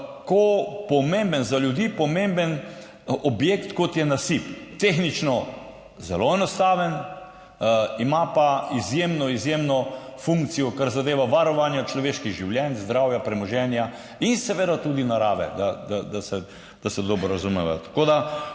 tako pomemben objekt, kot je nasip, tehnično zelo enostaven, ima pa izjemno, izjemno funkcijo, kar zadeva varovanja človeških življenj, zdravja, premoženja in seveda tudi narave, da se dobro razumeva. Tako da